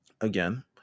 again